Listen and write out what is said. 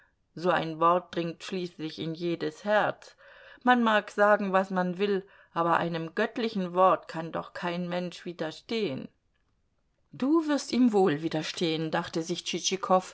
so ein wort dringt schließlich in jedes herz man mag sagen was man will aber einem göttlichen wort kann doch kein mensch widerstehen du wirst ihm wohl widerstehen dachte sich